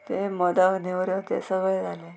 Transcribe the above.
तें मोदक न्हेवऱ्यो तें सगळें जालें